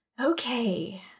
Okay